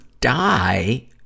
die